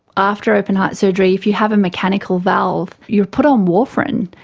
after open heart surgery if you have a mechanical valve you are put on warfarin,